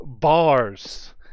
Bars